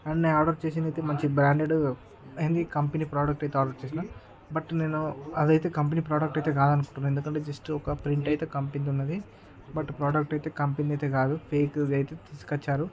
and నేను order చేసింది అయితే మంచి బ్రాండెడ్ అండ్ ఈ కంపెనీ ప్రొడక్ట్ అయితే ఆర్డర్ చేశా బట్ నేను అది అయితే కంపెనీ ప్రొడక్ట్ అయితే కాదనుకుంటా ఎందుకంటే జస్ట్ ఒక ప్రింట్ అయితే కంపెనీ ఉన్నది బట్ ప్రోడక్ట్ అయితే కంపెనీది అయితే కాదు ఫేక్ అయితే తీసుకొచ్చారు